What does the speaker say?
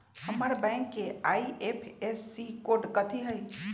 हमर बैंक के IFSC code कथि हई?